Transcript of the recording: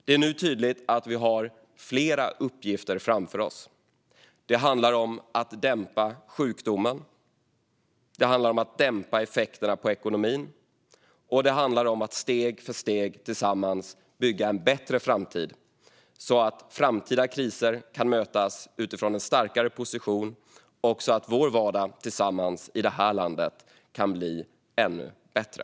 Det är tydligt att vi har flera uppgifter framför oss. Det handlar om att dämpa sjukdomen, det handlar om att dämpa effekterna på ekonomin och det handlar om att steg för steg tillsammans bygga en bättre framtid så att framtida kriser kan mötas från en starkare position och vår vardag tillsammans i detta land kan bli ännu bättre.